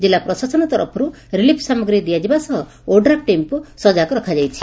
ଜିଲ୍ଲା ପ୍ରାଶାସନ ତରଫରୁ ରିଲିଫ ସାମଗ୍ରୀ ଦିଆଯିବା ସହ ଓଡ୍ରାଫ ଟିମ୍କୁ ସଜାଗ ରଖାଯାଇଛି